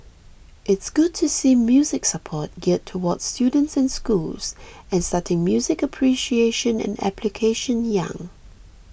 it's good to see music support geared towards students and schools and starting music appreciation and application young